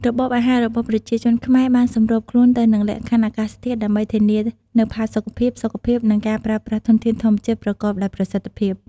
របបអាហាររបស់ប្រជាជនខ្មែរបានសម្របខ្លួនទៅនឹងលក្ខខណ្ឌអាកាសធាតុ ដើម្បីធានានូវផាសុកភាព សុខភាព និងការប្រើប្រាស់ធនធានធម្មជាតិប្រកបដោយប្រសិទ្ធភាព។